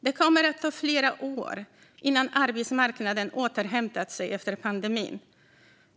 Det kommer att ta flera år innan arbetsmarknaden har återhämtat sig efter pandemin.